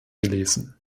gelesen